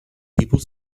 people